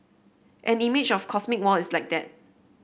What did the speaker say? an image of cosmic war is like that